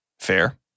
Fair